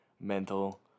mental